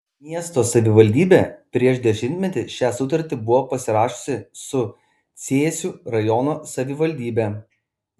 miesto savivaldybė prieš dešimtmetį šią sutartį buvo pasirašiusi su cėsių rajono savivaldybe